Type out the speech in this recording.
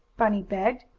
bunny begged,